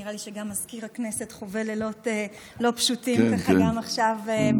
שנראה לי שגם מזכיר הכנסת חווה לילות לא פשוטים עכשיו בבית.